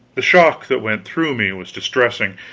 the shock that went through me was distressing.